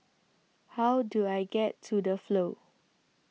How Do I get to The Flow